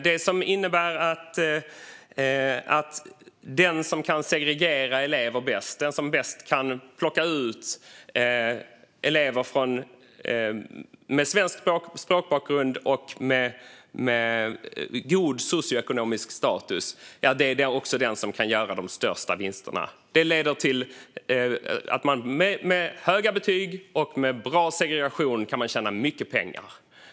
Det innebär också att den skola som kan segregera elever bäst, som bäst kan plocka ut elever med svensk språkbakgrund och med god socioekonomisk status, kan göra de största vinsterna. Det leder till att man med höga betyg och med bra segregation kan tjäna mycket pengar.